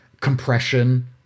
compression